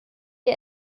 wir